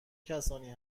کسانی